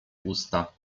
usta